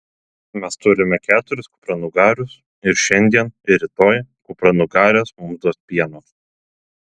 mes turime keturis kupranugarius ir šiandien ir rytoj kupranugarės mums duos pieno